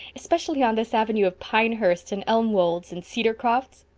especially on this avenue of pinehursts and elmwolds and cedarcrofts?